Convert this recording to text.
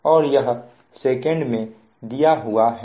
और यह सेकंड में दिया हुआ है